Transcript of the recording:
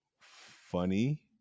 Funny